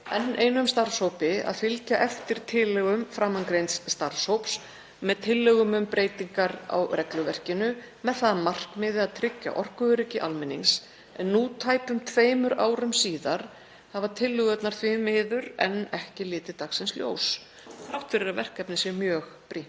enn einum starfshópi að fylgja eftir tillögum framangreinds starfshóps með tillögum um breytingar á regluverkinu með það að markmiði að tryggja orkuöryggi almennings. Nú tæpum tveimur árum síðar hafa tillögurnar því miður enn ekki litið dagsins ljós þrátt fyrir að verkefnið sé mjög brýnt.